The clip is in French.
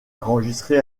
enregistré